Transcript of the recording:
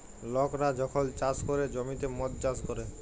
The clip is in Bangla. লকরা যখল চাষ ক্যরে জ্যমিতে মদ চাষ ক্যরে